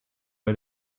bei